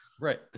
Right